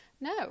No